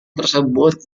tersebut